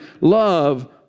love